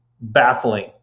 baffling